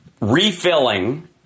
refilling